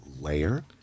Layer